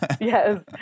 Yes